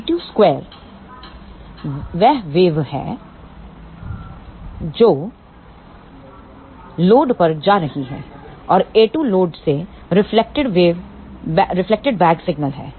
b2 square वह wave है जो लोड पर जा रही है और a2 लोड से रिफ्लेक्टेड बैक सिग्नल है